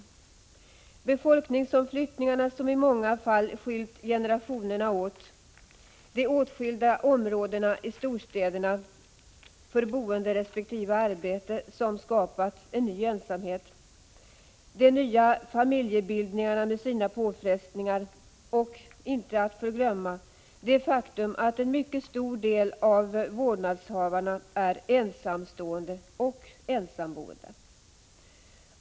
Hit hör befolkningsomflyttningarna, som i många fall skilt generationerna åt, de i storstäderna åtskilda områdena för boende resp. arbete, som skapat en ny ensamhet, de nya familjebildningarna med sina påfrestningar och, inte att förglömma, det faktum att en mycket stor del av vårdnadshavarna är ensamstående och ensamboende.